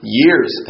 years